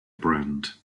brand